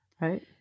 right